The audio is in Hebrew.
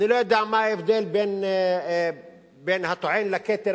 אני לא יודע מה ההבדל בין הטוען לכתר